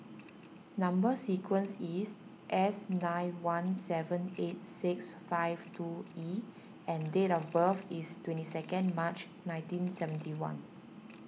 Number Sequence is S nine one seven eight six five two E and date of birth is twenty second March nineteen seventy one